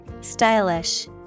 Stylish